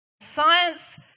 Science